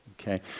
Okay